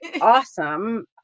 awesome